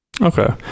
Okay